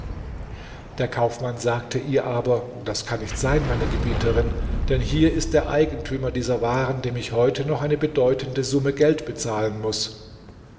der kaufmann sagte ihr aber das kann nicht sein meine gebieterin denn hier ist der eigentümer dieser waren dem ich heute noch eine bedeutende summe geld bezahlen muß